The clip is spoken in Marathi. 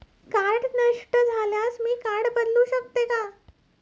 कार्ड नष्ट झाल्यास मी कार्ड बदलू शकते का?